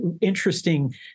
interesting